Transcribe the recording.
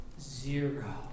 Zero